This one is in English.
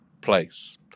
place